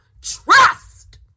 trust